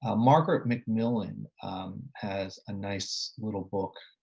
ah margaret macmillan has a nice little book